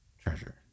treasure